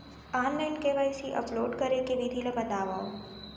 Online KYC upload करे के विधि ला बतावव?